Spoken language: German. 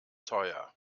teuer